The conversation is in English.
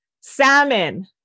salmon